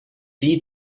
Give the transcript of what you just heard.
die